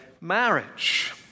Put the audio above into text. marriage